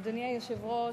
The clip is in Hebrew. אדוני היושב-ראש,